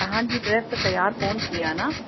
हां जी ड्रेस त तयारु कोन्ह थी आहे अञा